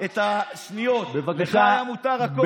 הוא שוטה הכפר.